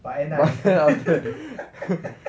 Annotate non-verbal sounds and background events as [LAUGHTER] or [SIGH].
[LAUGHS]